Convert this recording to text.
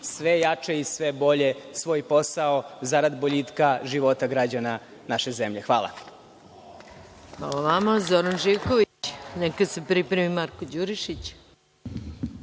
sve jače i sve bolje svoj posao zarad boljitka života građana naše zemlje. Hvala. **Maja Gojković** Hvala vama. Zoran Živković, neka se pripremi Marko Đurišić.